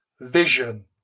Vision